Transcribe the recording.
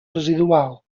residual